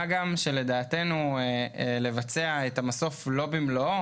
מה גם שלדעתנו לבצע את המסוף לא במלואו